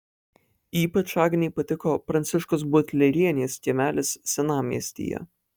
ypač agnei patiko pranciškos butlerienės kiemelis senamiestyje